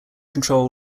control